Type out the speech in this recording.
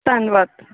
ਧੰਨਵਾਦ